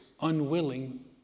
unwilling